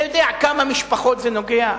אתה יודע בכמה משפחות זה נוגע?